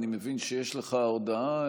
אני מבין שיש לך הודעה,